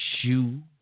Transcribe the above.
shoe